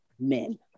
men